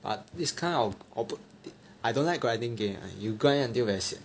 but this kind of I don't like grinding game you grind until very sian